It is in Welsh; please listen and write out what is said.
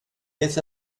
beth